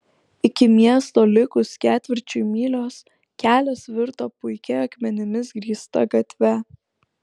iki miesto likus ketvirčiui mylios kelias virto puikia akmenimis grįsta gatve